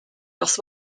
nos